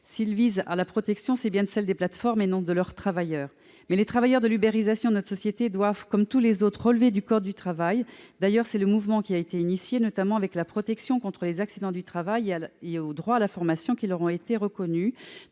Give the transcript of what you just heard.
vise à une protection, c'est bien à celle des plateformes et non à celle de leurs travailleurs. Mais les travailleurs de l'ubérisation de notre société doivent, comme tous les autres, relever du code du travail. D'ailleurs, un mouvement en ce sens a été engagé, notamment avec la protection contre les accidents du travail et le droit à la formation qui leur ont été reconnus